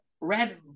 red